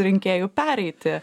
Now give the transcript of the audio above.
rinkėjų pereiti